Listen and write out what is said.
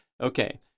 Okay